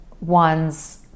one's